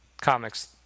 comics